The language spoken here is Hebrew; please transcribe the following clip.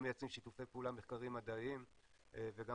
גם מייצרים שיתופי פעולה מחקריים מדעיים וגם